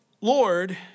Lord